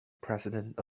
president